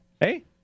Hey